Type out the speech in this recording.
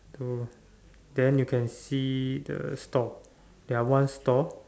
oh then you can see the store there are one store